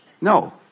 No